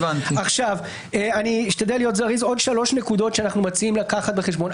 עוד שלוש נקודות שאנחנו מציעים להביא בחשבון.